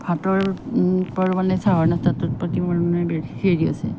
ভাতৰ পৰা মানে চাহৰ নাস্তাটোৰ প্ৰতি মোৰ মানে বেছি হেৰি আছে